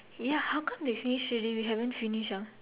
ya how come they finish already we haven't finish ah